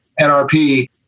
NRP